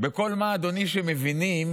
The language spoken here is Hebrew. בכל מי, אדוני, שמבינים